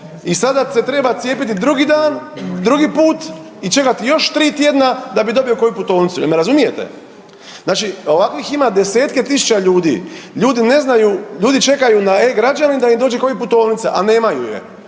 i sada se treba cijepiti drugi dan, drugi put i čekati još tri tjedna da bi dobio koju putovnicu. Jel' me razumijete? Znači ovakvih ima desetke tisuća ljudi. Ljudi ne znaju, ljudi čekaju na e-građanin da im dođe Covid putovnica, a nemaju je.